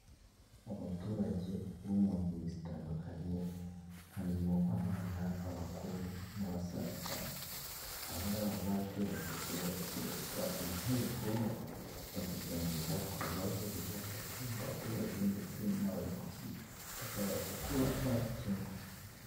Abaturage bo mu ngeri zitandukanye, harimo abana, abakuru n'abasaza, aha ngaha baba bateranyijwe bagakoreshwa inteko, bakaganira ku bibazo biri hagati mu baturage ndetse n'abayobozi bakabasha kuba babikemura.